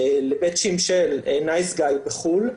לבאצ'ים של "נייס גאי" בחו"ל,